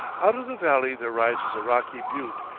out of the valley there rises a rocky butte,